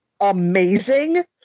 amazing